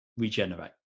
regenerate